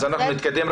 אז אנחנו נתקדם.